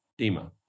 Dima